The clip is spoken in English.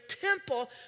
temple